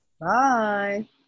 Bye